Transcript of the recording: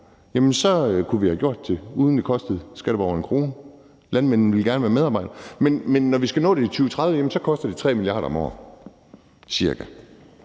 år, kunne vi have gjort det, uden at det ville koste skatteborgerne en krone. Landmændene ville gerne være med til det. Men når vi skal nå det i 2030, koster det 3 mia. kr. om året,